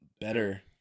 better